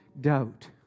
doubt